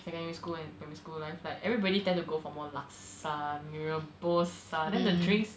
secondary school and primary school life like everybody tend to go for more laksa mee rebus ah then the drinks